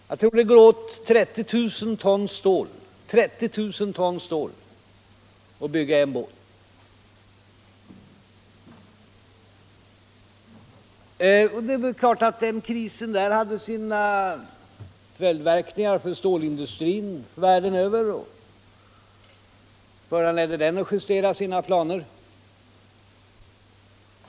Jag tror det går åt 30 000 ton stål för att bygga en båt. Det är klart att den krissituationen har haft sina följdverkningar för stålindustrin världen över och föranlett den att justera sina planer.